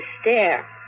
stare